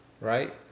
right